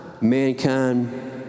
mankind